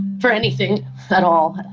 for anything at all,